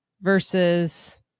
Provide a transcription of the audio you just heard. versus